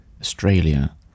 Australia